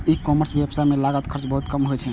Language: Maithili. ई कॉमर्स व्यवसाय मे लागत खर्च बहुत कम होइ छै